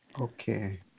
Okay